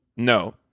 no